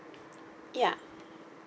ya